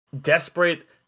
desperate